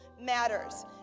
matters